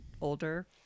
older